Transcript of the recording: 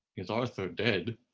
is arthur dead?